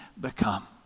become